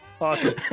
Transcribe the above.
awesome